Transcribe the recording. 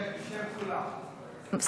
בשם כולם, בשם כולם.